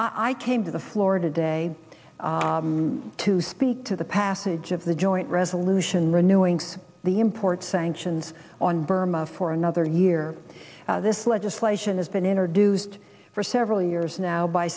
i came to the floor today to speak to the passage of the joint resolution renewing the import sanctions on burma for another year this legislation has been introduced for several years now by